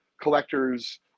collectors